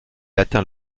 atteint